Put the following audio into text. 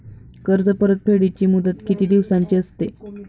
कर्ज परतफेडीची मुदत किती दिवसांची असते?